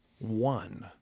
one